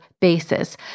basis